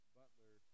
butler